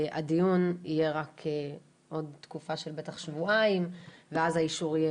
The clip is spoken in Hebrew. הדיון יהיה רק עוד תקופה של בטח שבועיים ואז האישור יהיה